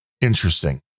Interesting